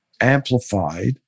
amplified